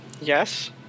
yes